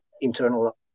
internal